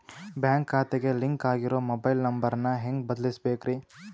Bank ಖಾತೆಗೆ link ಆಗಿರೋ mobile number ನ ಹೆಂಗ್ ಬದಲಿಸಬೇಕ್ರಿ?